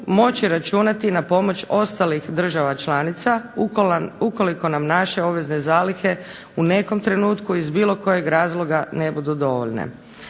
moći računati na pomoć ostalih država članica ukoliko nam naše obvezne zalihe u nekom trenutku iz bilo kojeg razloga ne budu dovoljne.